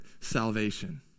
salvation